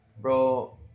bro